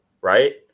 right